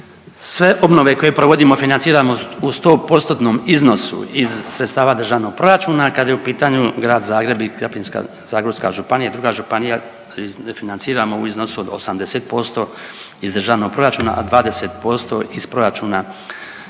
sve obnove koje provodimo financiramo u 100%-tnom iznosu iz sredstava državnog proračuna kada je u pitanju Grad Zagreb i Krapinska-zagorska županija i druga županija financiramo u iznosu od 80% iz državnog proračuna, a 20% iz proračuna